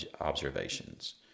observations